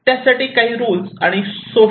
त्यासाठी काही रुल आणि सोशल नॉर्म्स असतात